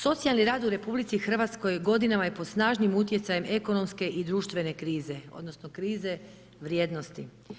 Socijalni rad u RH godinama je pod snažnim utjecajem ekonomske i društvene krize odnosno krize vrijednosti.